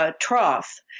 trough